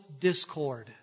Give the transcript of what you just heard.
discord